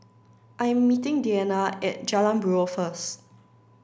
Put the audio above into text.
I am meeting Deana at Jalan Buroh first